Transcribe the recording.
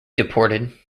deported